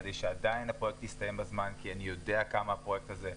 כדי שעדין הפרויקט יסתיים בזמן כי אני יודע כמה הפרויקט הזה,